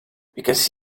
because